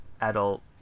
adult